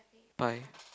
by